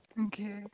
Okay